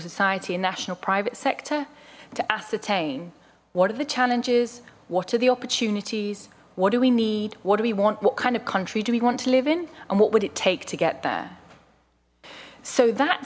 society and national private sector to ascertain what are the challenges what are the opportunities what do we need what do we want what kind of country do we want to live in and what would it take to get there so that